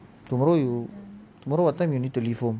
tomorrow you tomorrow what time you need to leave home